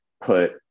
put